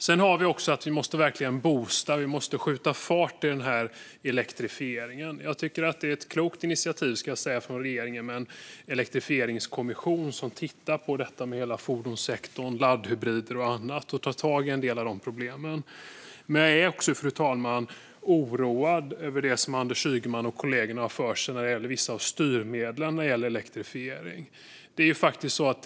Sedan måste vi också verkligen boosta och skjuta fart i elektrifieringen. Jag tycker att det är ett klokt initiativ från regeringen med en elektrifieringskommission som tittar på detta med hela fordonssektorn, laddhybrider och annat och tar tag i en del av de problemen. Men jag är också, fru talman, oroad över det som Anders Ygeman och kollegorna har för sig när det gäller vissa av styrmedlen rörande elektrifiering.